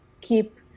keep